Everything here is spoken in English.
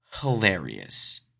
Hilarious